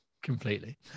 Completely